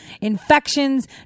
infections